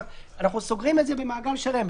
רק שאנחנו סוגרים את זה במעגל שלם,